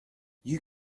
you